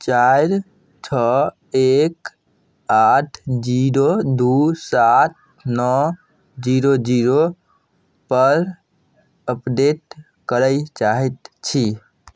चारि छओ एक आठ जीरो दू सात नओ जीरो जीरो पर अपडेट करय चाहैत छी